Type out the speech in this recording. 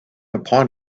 upon